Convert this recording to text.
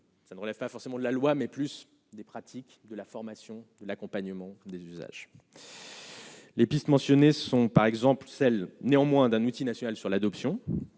ça ne relève pas forcément de la loi mais plus des pratiques de la formation, l'accompagnement des usages. Les pistes mentionnés sont par exemple sel néanmoins d'un outil national sur l'adoption